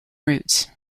routes